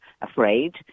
afraid